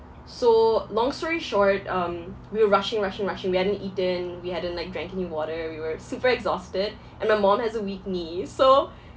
so long story short um we were rushing rushing rushing we hadn't eaten we hadn't like drank any water we were super exhausted and my mum has a weak knee so